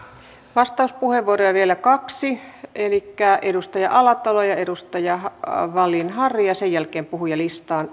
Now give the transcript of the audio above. vastauspuheenvuoroja vielä kaksi elikkä edustaja alatalo ja edustaja wallin harry ja sen jälkeen puhujalistaan